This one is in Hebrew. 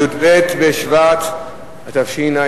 י"ב בשבט התשע"א,